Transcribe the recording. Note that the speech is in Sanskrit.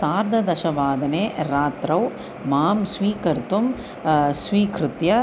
सार्धदशवादने रात्रौ माम् स्वीकर्तुं स्वीकृत्य